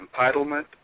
entitlement